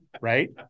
Right